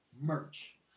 merch